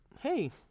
hey